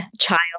child